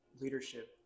leadership